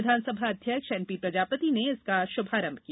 विधानसभा अध्यक्ष एनपी प्रजापति ने इसका शुभारंभ किया